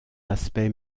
aspect